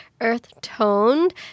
earth-toned